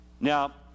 Now